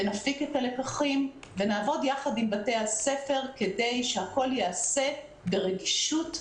נפיק את הלקחים ונעבוד ביחד עם בתי הספר כדי שהכול יעשה ברגישות,